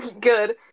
Good